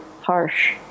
harsh